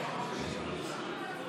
ההסתייגות.